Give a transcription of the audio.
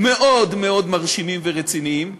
מאוד מאוד מרשימים ורציניים,